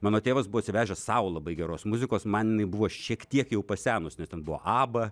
mano tėvas buvo atsivežęs sau labai geros muzikos man jinai buvo šiek tiek jau pasenusi nes ten buvo abba